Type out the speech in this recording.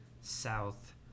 South